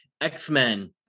X-Men